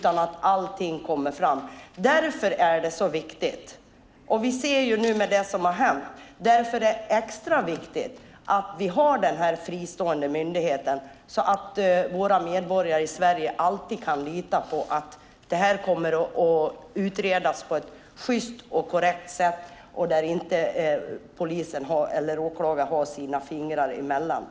Allting måste komma fram. När man ser vad som nu har hänt är det extra viktigt att vi har den här fristående myndigheten så att våra medborgare i Sverige alltid kan lita på att det här kommer att utredas sjyst och på rätt sätt och att inte polis eller åklagare har sina fingrar emellan.